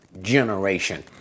generation